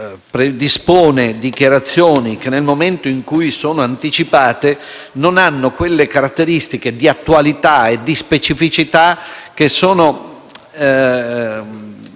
predispone dichiarazioni che, nel momento in cui sono anticipate, non hanno quelle caratteristiche di attualità e di specificità che sono